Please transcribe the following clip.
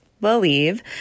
believe